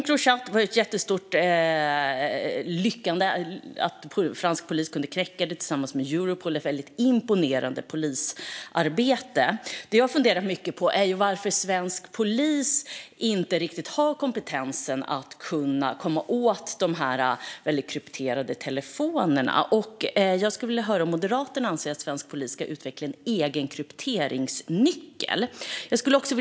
Det var en jättestor framgång att fransk polis tillsammans med Europol kunde knäcka Encrochat. Det är väldigt imponerande polisarbete. Det jag har funderat mycket på är varför svensk polis inte riktigt har kompetensen att komma åt de här väldigt krypterade telefonerna. Jag skulle vilja höra om Moderaterna anser att svensk polis ska utveckla en egen krypteringsnyckel.